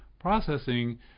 Processing